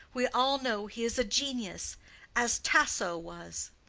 we all know he is a genius as tasso was.